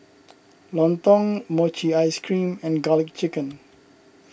Lontong Mochi Ice Cream and Garlic Chicken